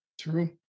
True